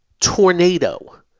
tornado